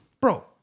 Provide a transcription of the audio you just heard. Bro